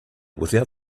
without